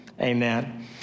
amen